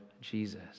Jesus